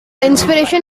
inspiration